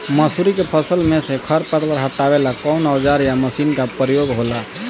मसुरी के फसल मे से खरपतवार हटावेला कवन औजार या मशीन का प्रयोंग होला?